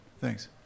thanks